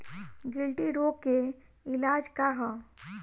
गिल्टी रोग के इलाज का ह?